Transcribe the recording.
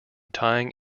tying